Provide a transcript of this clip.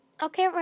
Okay